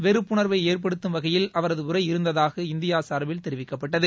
வெறுப்பு ணாம்வை ஏற்புபடுத்தும் வகையில் ப்பு அவரது உரை இருந்ததாக இந்தியா சாா்பில் தொிவிக்கப்பட்டது